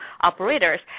operators